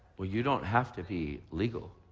but you don't have to be legal.